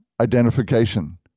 identification